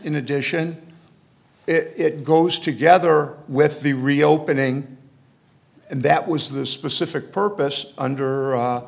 in addition it goes together with the reopening and that was the specific purpose under